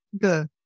Good